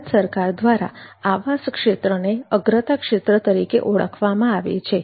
ભારત સરકાર દ્વારા આવાસ ક્ષેત્રને અગ્રતા ક્ષેત્ર તરીકે ઓળખવામાં આવે છે